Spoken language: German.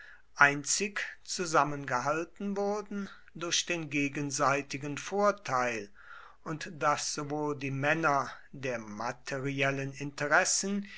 einzig zusammengehalten wurden durch den gegenseitigen vorteil und daß sowohl die männer der materiellen interessen